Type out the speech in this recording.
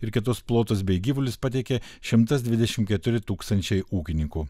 ir kitus plotus bei gyvulius pateikė šimtas dvidešimt keturi tūkstančiai ūkininkų